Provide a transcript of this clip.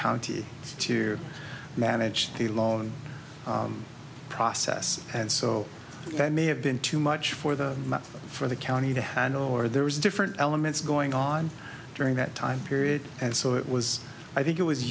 county to manage the loan process and so that may have been too much for the money for the county to hand over there is different elements going on during that time period and so it was i think it was